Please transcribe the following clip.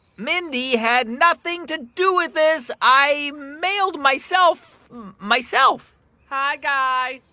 mindy had nothing to do with this. i mailed myself myself hi, guy.